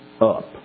up